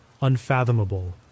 unfathomable